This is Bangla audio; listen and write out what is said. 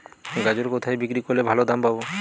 গাজর কোথায় বিক্রি করলে ভালো দাম পাব?